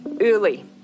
early